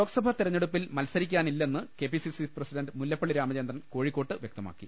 ലോക്സഭാ തെരഞ്ഞെടുപ്പിൽ മത്സരിക്കാനില്ലെന്ന് K P C C president Mullappally Ramachandran കോഴിക്കോട്ട് വ്യക്ത മാക്കി